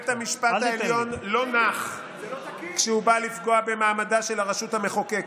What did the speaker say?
בית המשפט לא נח כשהוא בא לפגוע במעמדה של הרשות המחוקקת.